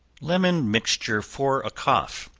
lemon mixture for a cough.